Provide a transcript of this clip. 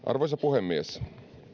arvoisa puhemies